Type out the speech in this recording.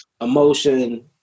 emotion